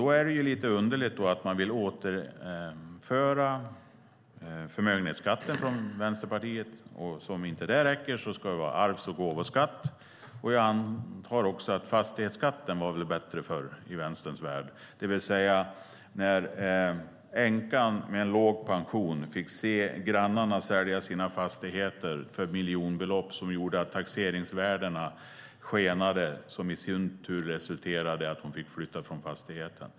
Då är det lite underligt att Vänsterpartiet vill återinföra förmögenhetsskatten. Och som om det inte räcker ska vi också ha arvs och gåvoskatt. Jag antar att även fastighetsskatten var bättre förr i Vänsterns värld. Det var då en änka med låg pension fick se grannarna sälja sina fastigheter för miljonbelopp. Det gjorde att taxeringsvärdena skenade i väg, vilket i sin tur resulterade i att hon fick flytta från fastigheten.